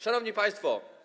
Szanowni Państwo!